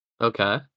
Okay